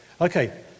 Okay